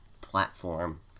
platform